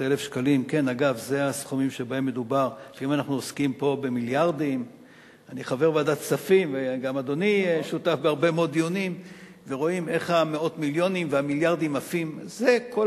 1. עד כה לא נדרשו גורמי המקצוע לנושא רגיש וסבוך זה של